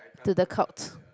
to the cult